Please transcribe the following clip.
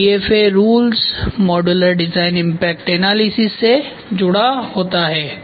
तो DFA rules modular design impact analysis से जुड़ा होता है